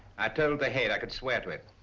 i curled her hair. i could swear to it.